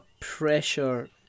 pressure